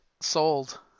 sold